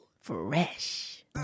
Fresh